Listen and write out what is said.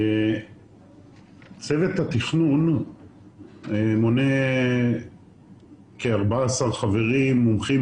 צוות התכנון מונה כ-14 חברים מומחים